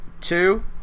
Two